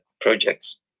projects